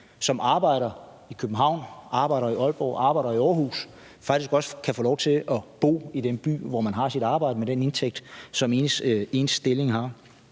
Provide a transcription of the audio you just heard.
som arbejder i København, arbejder i Aalborg, arbejder i Aarhus, faktisk også kan få lov til at bo i den by, hvor de har deres arbejde med den indtægt, som deres stilling har.